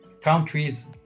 countries